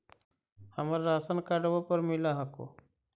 हमरा राशनकार्डवो पर मिल हको?